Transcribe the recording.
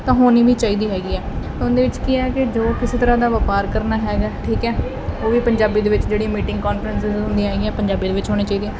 ਤਾਂ ਹੋਣੀ ਵੀ ਚਾਹੀਦੀ ਹੈਗੀ ਆ ਉਹਦੇ ਵਿੱਚ ਕੀ ਹੈ ਕਿ ਜੋ ਕਿਸੇ ਤਰ੍ਹਾਂ ਦਾ ਵਪਾਰ ਕਰਨਾ ਹੈਗਾ ਠੀਕ ਹੈ ਉਹ ਵੀ ਪੰਜਾਬੀ ਦੇ ਵਿੱਚ ਜਿਹੜੀ ਮੀਟਿੰਗ ਕਾਨਫਰੰਸਸ ਹੁੰਦੀਆਂ ਹੈਗੀਆਂ ਪੰਜਾਬੀ ਦੇ ਵਿੱਚ ਹੋਣੀਆਂ ਚਾਹੀਦੀਆਂ